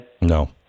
No